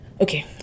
okay